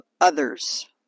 others